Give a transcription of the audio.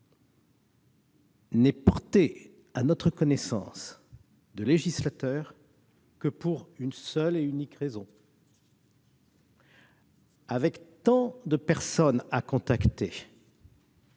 n'est porté à notre connaissance de législateur que pour une seule et unique raison : avec tant de personnes à contacter,